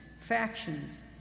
factions